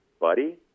buddy